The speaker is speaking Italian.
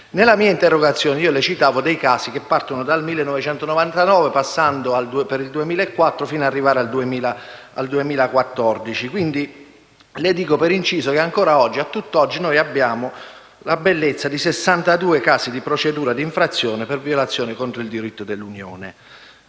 Nella mia interrogazione ho citato dei casi che partono dal 1999, passando per il 2004, fino al 2014. Le dico, per inciso, che a tutt'oggi abbiamo la bellezza di 62 casi di procedura di infrazione per violazione del diritto dell'Unione